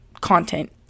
content